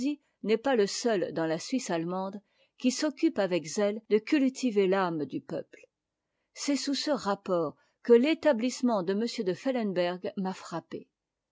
n'est pas le seul dans la suisse allemande qui s'occupe avec zè e de cultiver l'âme du peuple c'est sous ce rapport que l'établissement de m de fellemberg m'a frappée